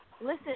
listen